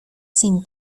sin